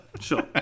Sure